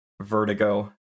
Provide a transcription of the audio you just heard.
Vertigo